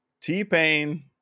T-Pain